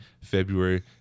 February